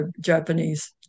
Japanese